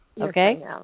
Okay